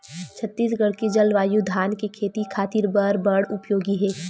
छत्तीसगढ़ के जलवायु धान के खेती खातिर बर बड़ उपयोगी हे